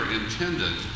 intended